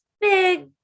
big